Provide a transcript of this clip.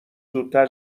زودتر